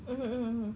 mmhmm hmm